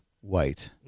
white